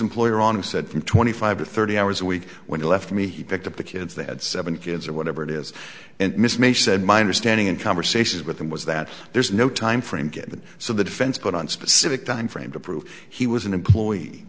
employer on and said from twenty five to thirty hours a week when he left me he picked up the kids they had seven kids or whatever it is and miss may said my understanding in conversations with them was that there's no time frame get so the defense put on specific time frame to prove he was an employee